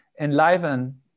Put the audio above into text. enliven